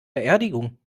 beerdigung